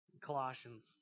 Colossians